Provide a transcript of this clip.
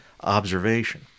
observation